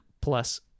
plus